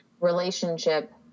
relationship